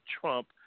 Trump